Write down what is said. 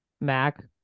Mac